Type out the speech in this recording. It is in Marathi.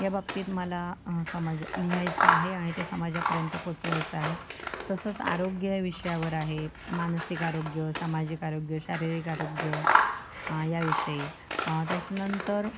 याबाबतीत मला समाजात लिहायचं आहे आणि ते समाजापर्यंत पोहचवायचं आहे तसंच आरोग्य या विषयावर आहेत मानसिक आरोग्य सामाजिक आरोग्य शारीरिक आरोग्य ह्याविषयी त्याच्यानंतर